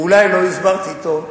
אולי לא הסברתי טוב.